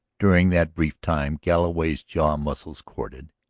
during that brief time galloway's jaw muscles corded,